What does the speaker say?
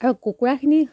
আৰু কুকুৰাখিনি